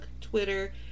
Twitter